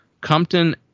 Compton